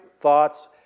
thoughts